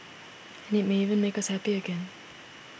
and it may even make us happy again